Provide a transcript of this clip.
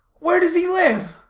where does he live?